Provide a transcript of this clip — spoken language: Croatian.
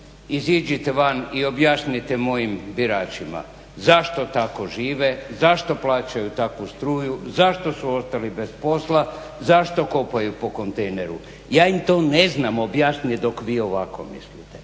iziđite van i objasnite mojim biračima zašto tako žive, zašto plaćaju takvu struju, zašto su ostali bez posla, zašto kopaju po kontejneru. Ja im to ne znam objasnit dok vi ovako mislite.